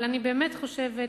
אבל אני באמת חושבת,